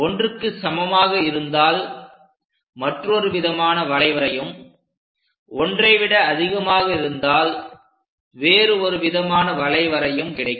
ஒன்றுக்கு சமமாக இருந்தால் மற்றொரு விதமான வளைவரையும் ஒன்றை விட அதிகமாக இருந்தால் வேறு ஒரு விதமான வளைவரையும் கிடைக்கும்